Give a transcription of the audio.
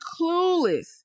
clueless